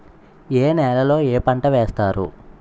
ఏ నేలలో ఏ పంట వేస్తారు?